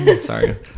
Sorry